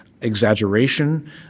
exaggeration